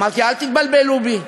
אמרתי: אל תתבלבלו בי.